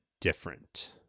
different